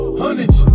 hundreds